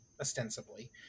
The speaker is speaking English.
ostensibly